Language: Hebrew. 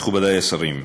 מכובדי השרים,